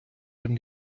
dem